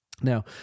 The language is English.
Now